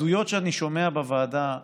העדויות שאני שומע בוועדה,